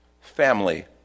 Family